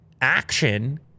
action